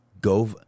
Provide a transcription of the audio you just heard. go